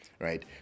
right